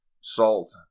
salt